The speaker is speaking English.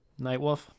Nightwolf